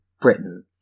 Britain